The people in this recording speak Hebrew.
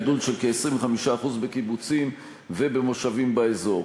על גידול של כ-25% בקיבוצים ובמושבים באזור.